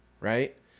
right